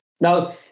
Now